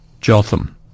Jotham